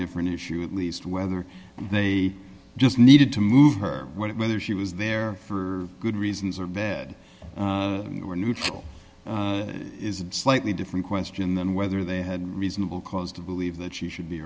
different issue at least whether they just needed to move her whether she was there for good reasons or bad or neutral is a slightly different question than whether they had reasonable cause to believe that she should be